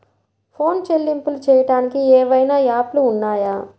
Phone చెల్లింపులు చెయ్యటానికి ఏవైనా యాప్లు ఉన్నాయా?